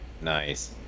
Nice